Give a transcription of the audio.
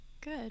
Good